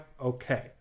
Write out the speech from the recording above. okay